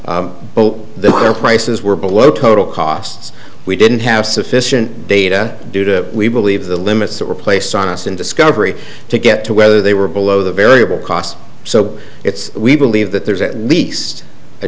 our prices were below total costs we didn't have sufficient data due to we believe the limits that were placed on us in discovery to get to whether they were below the variable cost so it's we believe that there's at least a